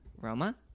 Roma